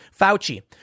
Fauci